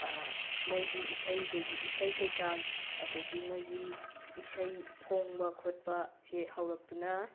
ꯃꯣꯏꯒꯤ ꯏꯁꯩꯗꯒꯤ ꯏꯁꯩ ꯀꯩꯀꯥ ꯑꯗꯒꯤ ꯃꯣꯏꯒꯤ ꯏꯁꯩ ꯐꯣꯡꯕ ꯈꯣꯠꯄꯁꯦ ꯍꯧꯔꯛꯇꯨꯅ